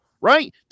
right